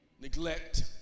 neglect